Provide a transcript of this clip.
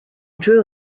drew